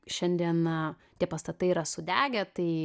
šiandieną tie pastatai yra sudegę tai